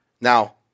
Now